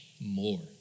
more